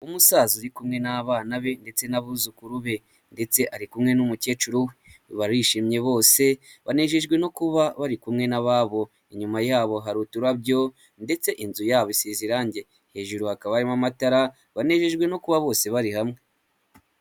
Umusaza uri kumwe n'abana be ndetse n'abuzukuru be ndetse ari kumwe n'umukecuru we barishimye bose banejejwe no kuba bari kumwe n'ababo, inyuma yabo hari uturabyo ndetse inzu yabo isize irangi, hejuru hakaba harimo amatara banejejwe no kuba bose bari hamwe.